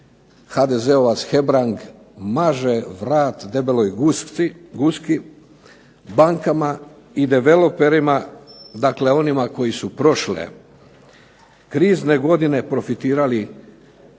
HDZ-ovac Hebrang maže vrat debeloj guski, bankama i debeloperima, dakle onima koji su prošle krizne godine profitirali